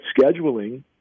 scheduling